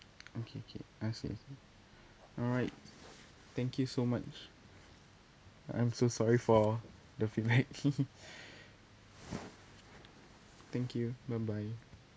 okay okay I see I see alright thank you so much I'm so sorry for the feedback thank you bye bye